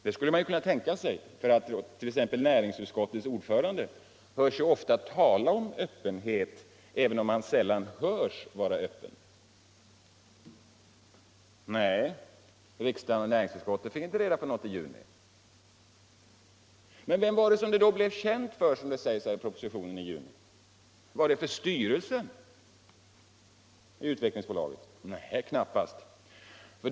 Det skulle man ju kunna tänka sig, eftersom t.ex. näringsutskottets ordförande ofta hörs tala om öppenhet, även om han sällan själv hörts vara öppen. Nej, riksdagen och näringsutskottet fick inte reda på något i juni. Men vem var det då som det blev känt för i juni. som det sägs här i propositionen? Var det för styrelsen i Utvecklingsaktiebolaget? Nej, knappast.